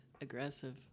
aggressive